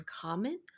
common